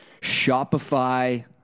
Shopify